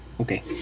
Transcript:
Okay